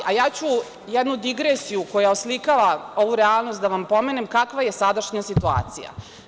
Ja ću jednu digresiju koja oslikava ovu realnost da vam pomenem, kakva je sadašnja situacija.